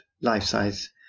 life-size